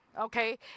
okay